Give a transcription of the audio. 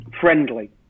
friendly